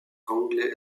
anglais